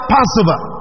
Passover